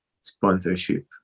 sponsorship